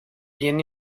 bien